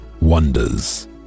wonders